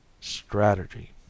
Strategy